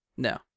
No